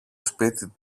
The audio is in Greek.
σπίτι